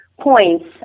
points